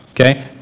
Okay